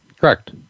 Correct